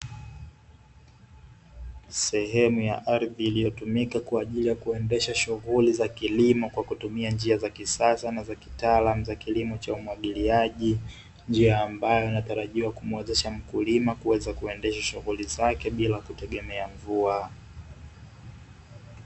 Sehemu ya ardhi iliyo tumika kwaajili ya kuendesha shughuli za kilimo kwa kutumia njia za kisasa za kitaalam za kilimo cha umwagiliaji, njia ambayo inatarajiwa kumuwezesha mkulima kuweza kuendesha shughuli zake bila kutegemea mvua.